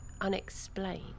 unexplained